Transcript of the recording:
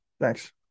Thanks